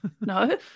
No